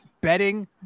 betting